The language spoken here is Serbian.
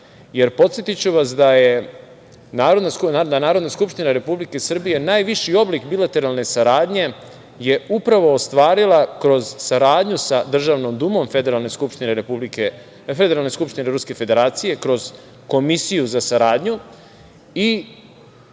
jer podsetiću vas da je Narodna skupština Republike Srbije najviši oblik bilateralne saradnje je upravo ostvarila kroz saradnju sa Državnom Dumom Federalne skupštine Ruske Federacije kroz Komisiju za saradnju i